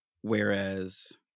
Whereas